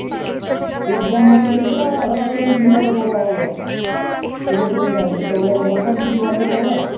ଓହୋଃ ହେଲେ ଯେନ୍ ବାଟ ଦେଇଥିଲ ହେଇ ବାଟରେ ହେମିତି ଯିବାକେ ପଡ଼ବା ବୋଲେ ହୋ କହିଲେ ବାଟ ଏନ୍ତି ଯିବାକେ ପଡ଼ବା